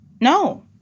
No